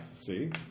see